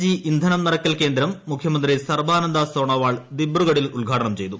G ഇന്ധനം നിറയ്ക്കൽ കേന്ദ്രം മുഖ്യമന്ത്രി സർബാനന്ദ സോണോവാൾ ദിബ്രുഗഡിൽ ഉദ്ഘാടനം ചെയ്തു